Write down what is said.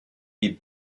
die